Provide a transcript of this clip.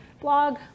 blog